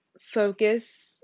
focus